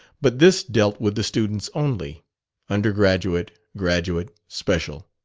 but this dealt with the students only undergraduate, graduate, special.